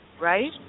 right